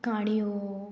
काणयो